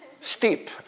steep